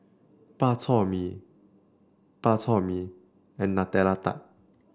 Bak Chor Mee Bak Chor Mee and Nutella Tart